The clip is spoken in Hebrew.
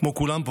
כמו כולם פה,